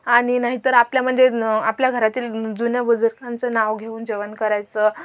आणि नाहीतर आपल्या म्हणजे आपल्या घरातील जुन्या बुजुर्गांचं नाव घेऊन जेवण करायचं